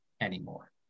anymore